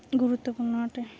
ଗୁରୁତ୍ଵପୂର୍ଣ୍ଣ ଅଟେ